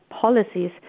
policies